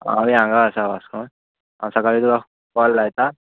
आमी हांगा आसा वास्को हांव सकाळी तुका कॉल लायतां